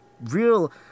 real